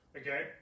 Okay